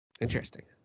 Interesting